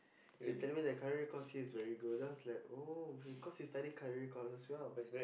he's telling me that culinary course here is very good that I was like oh cause he's studying culinary course as well